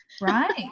Right